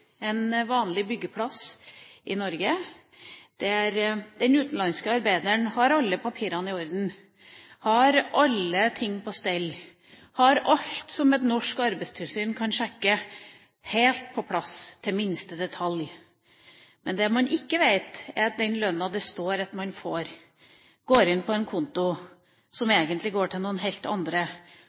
en vanlig byggeplass i Norge der den utenlandske arbeideren har alle papirene i orden, har alle ting på stell, har alt som et norsk arbeidstilsyn kan sjekke, helt på plass til minste detalj. Men det man ikke vet, er at den lønnen som det står at vedkommende får, går inn på en konto der pengene egentlig går til noen helt andre,